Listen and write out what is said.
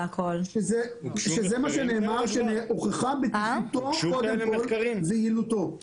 וזה מה שנאמר, שהוכחה בטיחותו ויעילותו.